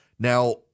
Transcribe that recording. Now